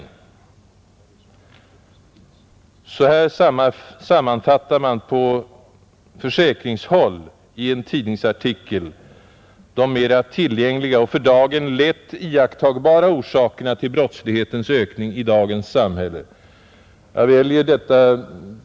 På försäkringshåll sammanfattar man i en tidningsartikel de mera påtagliga och för dagen lätt iakttagbara orsakerna till brottslighetens ökning i dagens samhälle på följande sätt.